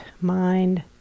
mind